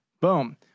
Boom